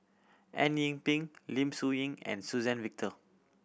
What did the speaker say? Eng Yee Peng Lim Soo and Suzann Victor